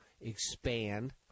expand